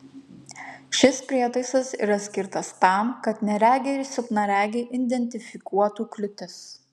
šis prietaisas yra skirtas tam kad neregiai ir silpnaregiai identifikuotų kliūtis